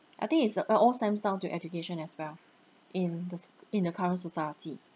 I think it's uh it all stems down to education as well in this in the current society